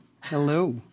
hello